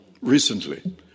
recently